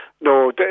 No